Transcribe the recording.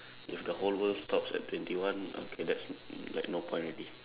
if the whole world stops at twenty one okay that's like no point already